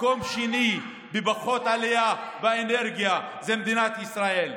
מקום שני בפחות עלייה באנרגיה זה במדינת ישראל.